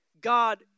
God